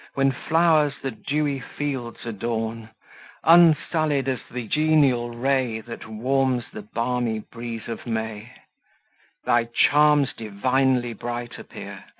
when flowers the dewy fields adorn unsallied as the genial ray, that warms the balmy breeze of may thy charms divinely bright appear,